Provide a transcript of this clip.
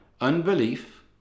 unbelief